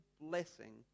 blessing